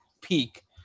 peak